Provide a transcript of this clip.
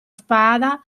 spada